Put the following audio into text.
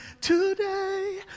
today